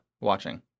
watching